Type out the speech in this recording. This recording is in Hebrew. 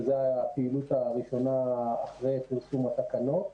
שזו הפעילות הראשונה אחרי פרסום התקנות.